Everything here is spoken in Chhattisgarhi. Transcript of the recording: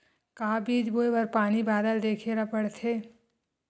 का बीज बोय बर पानी बादल देखेला पड़थे?